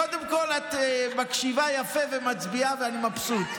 קודם כול, את מקשיבה יפה ומצביעה ואני מבסוט.